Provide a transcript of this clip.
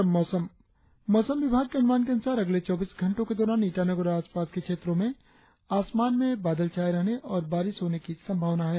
और अब मौसम मौसम विभाग के अनुमान के अनुसार अगले चौबीस घंटो के दौरान ईटानगर और आसपास के क्षेत्रो में आसमान में बादल छाये रहने और बारिश होने की संभावना है